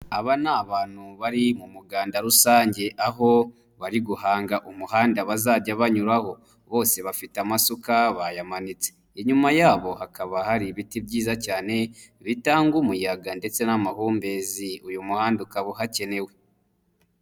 Aba ni abantu bari mu muganda rusange aho bari guhanga umuhanda bazajya banyuraho bose bafite amasuka bayamanitse, inyuma yabo hakaba hari ibiti byiza cyane bitanga umuyaga ndetse n'amahumbezi, uyu muhanda ukaba uhakenewe.